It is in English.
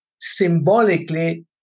Symbolically